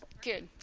good